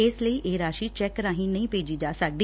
ਇਸ ਲਈ ਇਹ ਰਾਸੀ ਚੈਂਕ ਰਾਹੀ ਨਹੀ ਭੇਜੀ ਜਾ ਸਕਦੀ